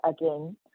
again